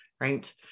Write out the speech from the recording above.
right